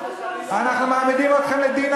אנחנו מעמידים אתכם לדין.